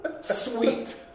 Sweet